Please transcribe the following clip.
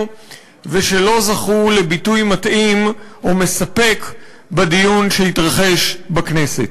ושלא זכו לביטוי מתאים או מספק בדיון שהתרחש בכנסת.